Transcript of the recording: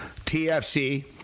TFC